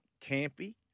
campy